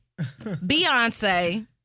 Beyonce